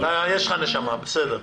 אתה, יש לך נשמה, בסדר.